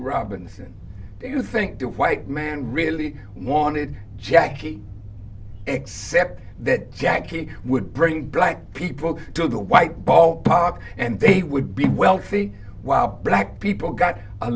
robinson do you think the white man really wanted jackie except that jackie would bring black people to the white ballpark and they would be wealthy while black people got a